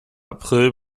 april